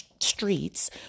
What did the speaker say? streets